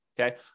Okay